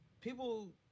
people